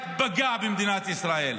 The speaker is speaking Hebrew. הוא רק פגע במדינת ישראל.